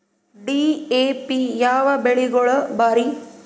DAP ಯಾವ ಬೆಳಿಗೊಳಿಗ ಭಾರಿ?